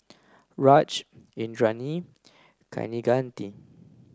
Raj Indranee Kaneganti